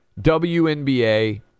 WNBA